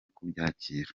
kubyakira